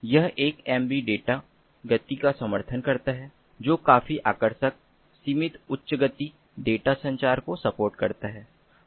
यह एक M B P S data गति का समर्थन करता है जो काफी आकर्षक सीमित उच्च गति डेटा संचार को सपोर्ट करता है